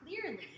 clearly